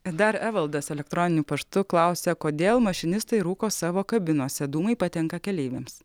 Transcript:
dar evaldas elektroniniu paštu klausia kodėl mašinistai rūko savo kabinose dūmai patenka keleiviams